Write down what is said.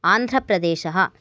आन्ध्रप्रदेशः